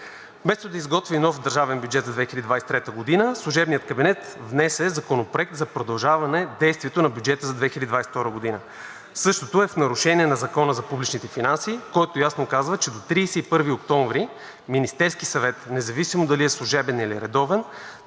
Вместо да изготви нов държавен бюджет за 2023 г., служебният кабинет внесе Законопроект за продължаване действието на бюджета за 2022 г. Същото е в нарушение на Закона за публичните финанси, който ясно казва, че до 31 октомври Министерският съвет независимо дали е служебен, или е редовен